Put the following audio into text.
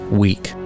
week